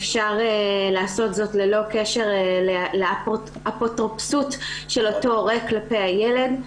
לעשות זאת ללא קשר לאפוטרופסות של אותו הורה כלפי הילד,